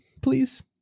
please